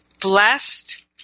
blessed